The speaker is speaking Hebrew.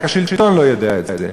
רק השלטון לא יודע את זה,